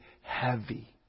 heavy